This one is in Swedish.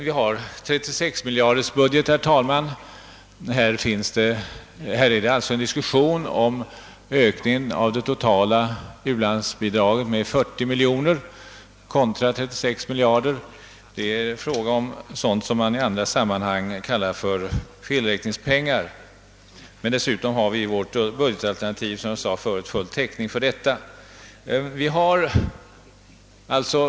Vår budget uppgår till 36 miljarder kronor. Diskussionen gäller en ökning av det totala u-landsbidraget med 40 miljoner kronor kontra dessa 36 miljarder. Det är alltså fråga om sådant som man i andra sammanhang kallar felräkningspengar. Dessutom har vi, som jag förut sade, full täckning för denna ökning i vårt budgetalternativ.